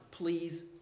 please